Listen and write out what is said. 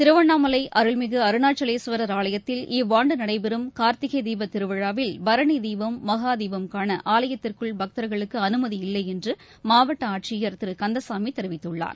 திருவண்ணாமலைஅருள்மிகுஅருணாச்சலேஸ்வரர் இவ்வாண்டுநடைபெறும் ஆலயத்தில் கார்த்திகைதீபதிருவிழாவில் பரணிதீபம் மகாதீபம் காண ஆலயத்திற்குள் பக்தர்களுக்குஅனுமதியில்லைஎன்றுமாவட்டஆட்சியர் திருகந்தசாமிதெரிவித்துள்ளார்